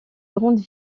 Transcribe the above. grandes